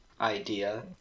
idea